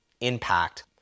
impact